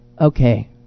okay